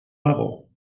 level